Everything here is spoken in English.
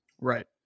Right